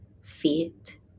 feet